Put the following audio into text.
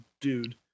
dude